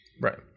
Right